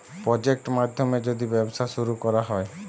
project মাধ্যমে যদি ব্যবসা শুরু করা হয়